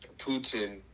Putin